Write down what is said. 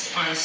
on